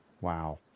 Wow